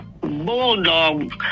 bulldog